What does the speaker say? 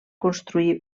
construir